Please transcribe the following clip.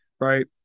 right